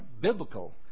biblical